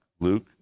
Luke